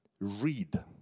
Read